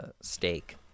steak